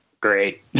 great